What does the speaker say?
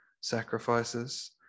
sacrifices